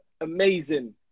Amazing